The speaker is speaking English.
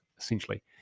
essentially